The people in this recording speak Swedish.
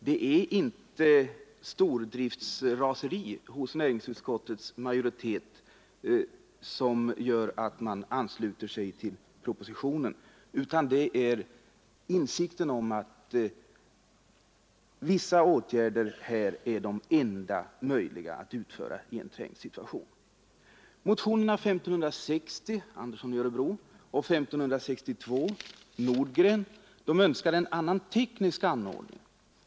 Det är inte stordriftsraseriet hos näringsutskottets majoritet som har gjort att man anslutit sig till propositionen, utan det är insikten om att vissa åtgärder här är de enda möjliga i en trängd situation. påverka strukturomvandlingen inom vissa branscher Nordgren m, fl. önskar en annan teknisk anordning.